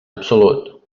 absolut